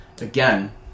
again